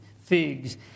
figs